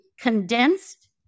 condensed